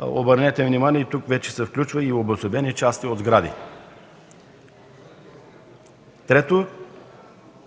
обърнете внимание – тук вече се включват обособени части от сгради. Трето,